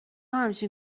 همچین